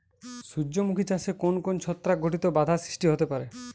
সূর্যমুখী চাষে কোন কোন ছত্রাক ঘটিত বাধা সৃষ্টি হতে পারে?